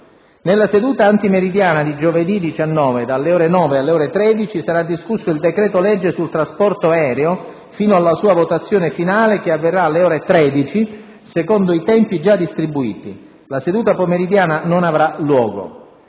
Nella seduta antimeridiana di giovedì 19, dalle ore 9 alle ore 13, sarà discusso il decreto-legge sul trasporto aereo, fino alla sua votazione finale che avverrà alle ore 13, secondo i tempi già distribuiti. La seduta pomeridiana non avrà luogo.